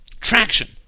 traction